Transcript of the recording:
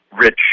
rich